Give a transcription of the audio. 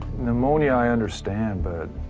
pneumonia i understand. but,